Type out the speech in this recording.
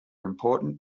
important